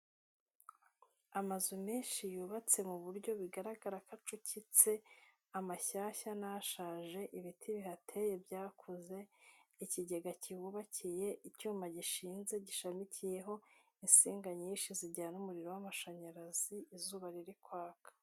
Amazu menshi yubatse mu buryo bigaragara ko acucitse amashyashya n'ashaje, ibiti bihateye byakuze, ikigega cyubakiye, icyuma gishinze gishamikiyeho, insinga nyinshi zijyana umuriro w'amashanyarazi, izuba riri kwaka.